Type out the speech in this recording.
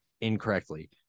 incorrectly